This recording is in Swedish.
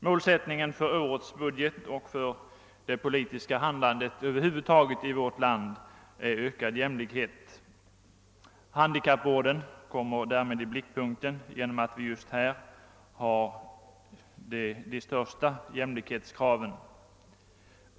Målsättningen för årets budget och för det politiska handlandet över huvud taget i vårt land är ökad jämlikhet. Handikappvården kommer därmed i blickpunkten genom att vi just på detta område har de största jämlikhetskraven.